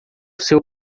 seu